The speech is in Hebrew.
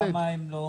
למה הם לא